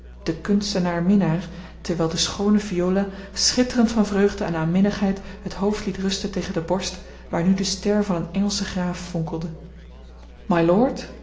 den kunstenaar minnaar terwijl de schoone viola schitterend van vreugde en aanminnigheid het hoofd liet rusten tegen de borst waar nu de ster van een engelschen graaf fonkelde